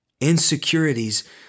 Insecurities